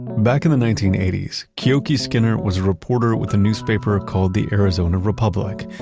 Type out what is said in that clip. back in the nineteen eighty s, keoki skinner was a reporter with a newspaper called the arizona republic.